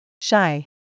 Shy